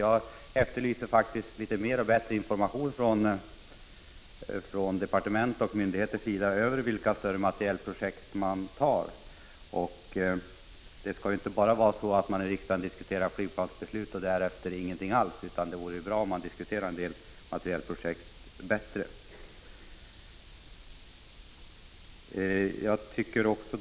Jag efterlyser faktiskt mer och bättre information från departement och myndigheter om större materielprojekt. Vii riksdagen skall inte bara diskutera flygplansbeslut och därefter ingenting alls. Det vore bra om vi mer ingående diskuterade också en del materielprojekt.